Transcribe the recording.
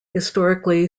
historically